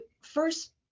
first